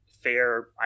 fair